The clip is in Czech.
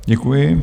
Děkuji.